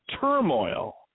turmoil